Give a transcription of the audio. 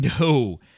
no